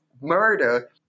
murder